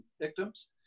victims